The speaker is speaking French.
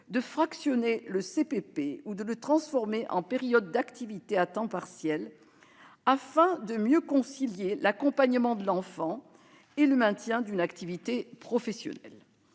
de fractionner le CPP ou de le transformer en période d'activité à temps partiel, afin de mieux concilier l'accompagnement de l'enfant et le maintien d'une activité professionnelle.